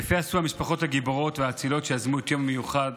יפה עשו המשפחות הגיבורות והאציליות שיזמו יום מיוחד